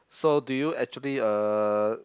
so do you actually uh